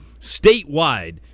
statewide